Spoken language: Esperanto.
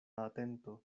atento